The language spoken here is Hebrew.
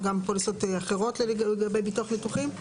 גם פוליסות אחרות לגבי ביטוח ניתוחים,